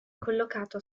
collocato